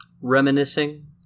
reminiscing